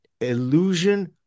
illusion